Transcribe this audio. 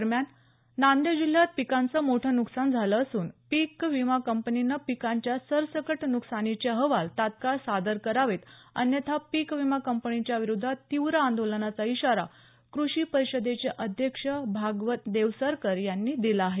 दरम्यान नांदेड जिल्ह्यात पिकांचं मोठ नुकसान झालं असून पीक विमा कंपनीनं पिकाच्या सरसकट न्कसानीचे अहवाल तत्काळ सादर करावेत अन्यथा पीक विमा कंपनीच्या विरोधात तीव्र आंदोलनाचा इशारा कृषी परिषदेचे अध्यक्ष भागवत देवसरकर यांनी दिला आहे